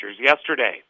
yesterday